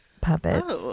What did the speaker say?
puppets